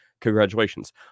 Congratulations